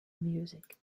music